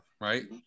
Right